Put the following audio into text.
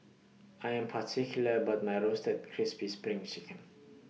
I Am particular about My Roasted Crispy SPRING Chicken